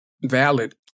Valid